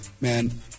man